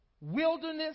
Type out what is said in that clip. Wilderness